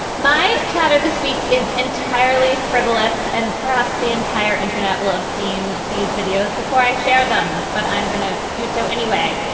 my chatter this week is entirely frivolous and perhaps the entire internet. well, i've seen these videos before. i share them. but i'm going to do so anyway.